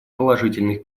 положительных